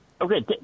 Okay